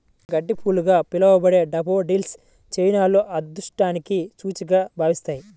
గడ్డిపూలుగా పిలవబడే డాఫోడిల్స్ చైనాలో అదృష్టానికి సూచికగా భావిస్తారు